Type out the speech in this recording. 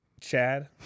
Chad